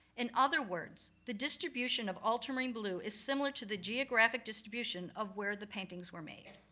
in other words, the distribution of ultramarine blue is similar to the geographic distribution of where the paintings were made.